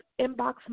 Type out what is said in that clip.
inbox